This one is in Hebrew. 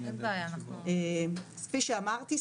כפי שאמרתי,